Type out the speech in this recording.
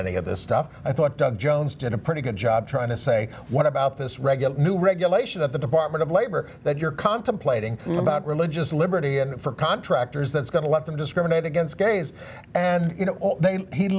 any of this stuff i thought doug jones did a pretty good job trying to say what about this regular new regulation of the department of labor that you're contemplating about religious liberty and for contractors that's going to let them discriminate against gays and